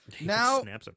now